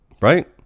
Right